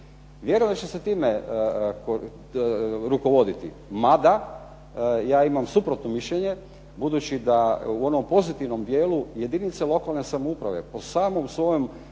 Vjerujem da će se time rukovoditi, mada ja imam suprotno mišljenje, budući da u onom pozitivnom dijelu jedinice lokalne samouprave po samom svojem